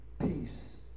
peace